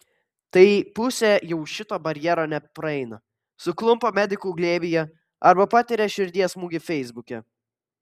tai pusė jau šito barjero nepraeina suklumpa medikų glėbyje arba patiria širdies smūgį feisbuke